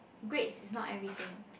grades is not everything